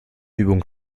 übung